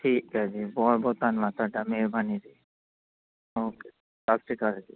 ਠੀਕ ਹੈ ਜੀ ਬਹੁਤ ਬਹੁਤ ਧੰਨਵਾਦ ਤੁਹਾਡਾ ਮਿਹਰਬਾਨੀ ਜੀ ਓਕੇ ਸਤਿ ਸ਼੍ਰੀ ਅਕਾਲ ਜੀ